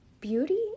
Beauty